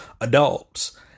adults